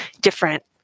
different